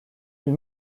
îles